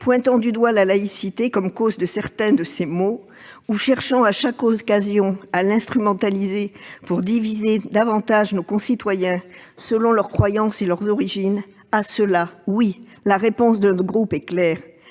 pointant du doigt la laïcité comme cause de certains de leurs maux ou cherchant à chaque occasion à l'instrumentaliser pour diviser davantage nos concitoyens selon leurs croyances ou leurs origines, notre groupe veut répondre clairement : la